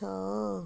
ଛଅ